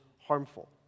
harmful